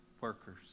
workers